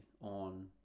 on